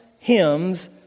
hymns